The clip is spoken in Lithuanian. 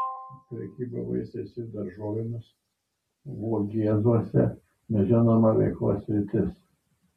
prekyba vaisiais ir daržovėmis vogėzuose nežinoma veiklos sritis